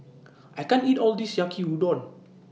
I can't eat All of This Yaki Udon